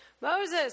Moses